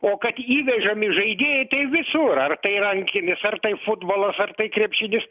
o kad įvežami žaidėjai visur ar tai rankinis ar tai futbolas ar tai krepšinis